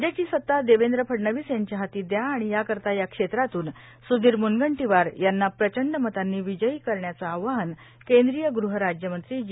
राज्याची सत्ता देवेंद्र फडणवीस यांच्या हाती दया आणि याकरिता या क्षेत्रातून सुधीर मुनगंटीवार यांना प्रचंड मतांनी विजयी करण्याचं आवाहन केंद्रीय गुहराज्यमंत्री जी